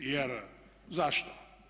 Jer zašto?